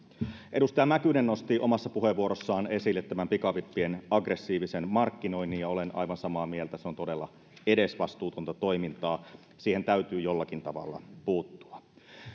edustaja mäkynen nosti omassa puheenvuorossaan esille pikavippien aggressiivisen markkinoinnin ja olen aivan samaa mieltä se on todella edesvastuutonta toimintaa siihen täytyy jollakin tavalla puuttua